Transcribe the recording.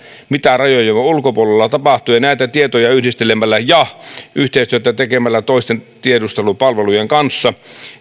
mitä rajojemme ulkopuolella tapahtuu ja näitä tietoja yhdistelemällä ja yhteistyötä tekemällä toisten tiedustelupalvelujen kanssa